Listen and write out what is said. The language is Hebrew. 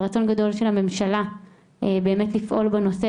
ורצון גדול של הממשלה באמת לפעול בנושא,